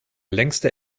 längste